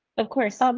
of course, um